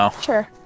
Sure